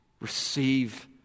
receive